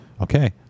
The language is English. okay